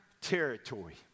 territory